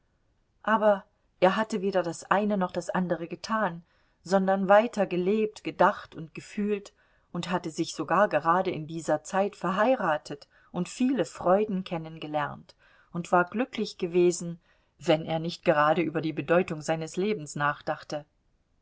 aber er hatte weder das eine noch das andere getan sondern weiter gelebt gedacht und gefühlt und hatte sich sogar gerade in dieser zeit verheiratet und viele freuden kennengelernt und war glücklich gewesen wenn er nicht gerade über die bedeutung seines lebens nachdachte